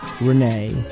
Renee